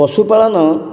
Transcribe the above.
ପଶୁପାଳନ